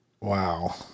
Wow